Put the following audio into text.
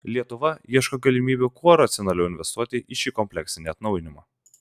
lietuva ieško galimybių kuo racionaliau investuoti į šį kompleksinį atnaujinimą